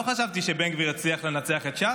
לא חשבתי שבן גביר יצליח לנצח את ש"ס.